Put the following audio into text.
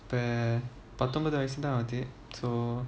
uh பத்தொன்பது வயசு தான் ஆகுது:pathonbathu vayasu thaan aakuthu so